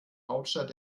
hauptstadt